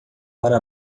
para